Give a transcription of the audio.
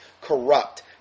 corrupt